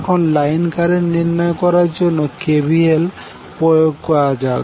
এখন line current নির্ণয় করার জন্য KVL প্রয়োগ করা যাক